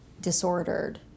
disordered